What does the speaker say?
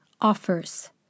offers